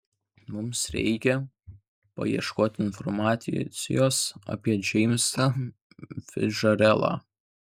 mums reikia paieškoti informacijos apie džeimsą ficdžeraldą